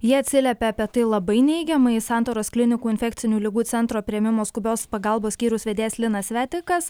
jie atsiliepia apie tai labai neigiamai santaros klinikų infekcinių ligų centro priėmimo skubios pagalbos skyriaus vedėjas linas svetikas